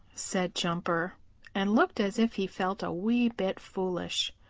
said jumper and looked as if he felt a wee bit foolish.